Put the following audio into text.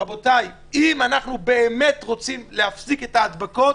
רבותיי, אם אנחנו באמת רוצים להפסיק את ההדבקות,